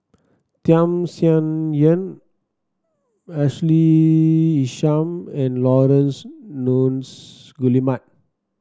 Tham Sien Yen Ashley Isham and Laurence Nunns Guillemard